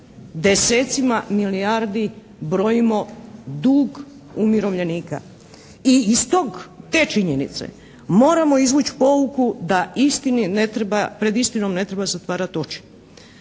desecima milijardi brojimo dug umirovljenika i iz tog, te činjenice moramo izvući pouku da istini ne treba, pred istinom ne treba zatvarati oči.